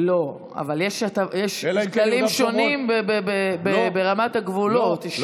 לא, אבל יש משקלים שונים ברמת הגבולות.